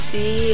See